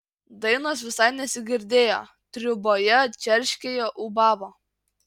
dainos visai nesigirdėjo triūboje čerškėjo ūbavo